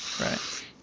Right